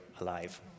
alive